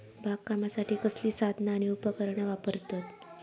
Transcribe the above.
बागकामासाठी कसली साधना आणि उपकरणा वापरतत?